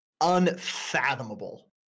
unfathomable